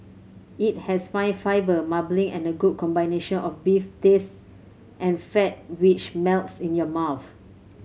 it has fine fibre marbling and a good combination of beef taste and fat which melts in your mouth